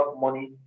money